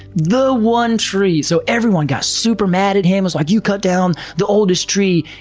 the one tree! so everyone got super mad at him, was like, you cut down the oldest tree!